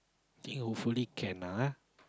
think hopefully can ah [huh]